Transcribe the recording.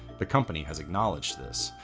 the company has acknowledged this.